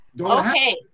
Okay